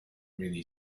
really